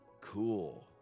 cool